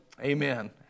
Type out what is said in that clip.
Amen